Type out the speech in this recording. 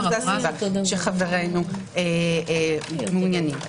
וזו הסיבה שחברינו מעוניינים.